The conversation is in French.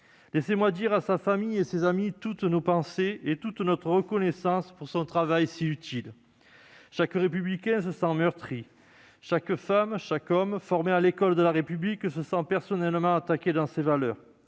Laissez-moi dire à sa famille et ses amis toutes nos pensées et toute notre reconnaissance pour son travail si utile. Chaque républicain se sent meurtri. Chaque femme, chaque homme, formé à l'école de la République se sent personnellement attaqué dans ses valeurs.